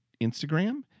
Instagram